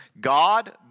God